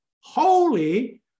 holy